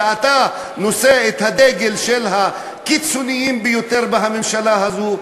ואתה נושא את הדגל של הקיצוניים ביותר בממשלה הזאת.